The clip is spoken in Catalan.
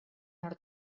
nord